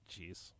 Jeez